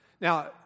Now